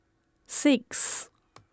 six